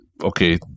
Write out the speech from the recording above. okay